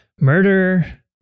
murder